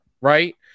Right